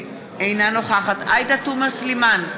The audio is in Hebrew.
אינה נוכחת עאידה תומא סלימאן,